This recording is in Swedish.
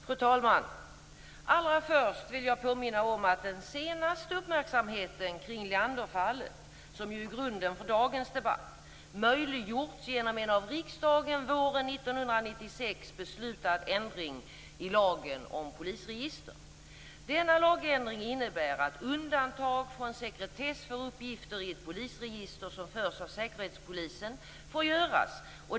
Fru talman! Allra först vill jag påminna om att den senaste uppmärksamheten kring Leanderfallet, som ju är grunden för dagens debatt, möjliggjorts genom en av riksdagen våren 1996 beslutad ändring i lagen om polisregister. Denna lagändring innebär att undantag från sekretess för uppgifter i ett polisregister som förs av Säkerhetspolisen får göras.